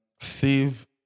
save